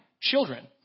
children